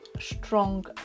strong